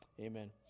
amen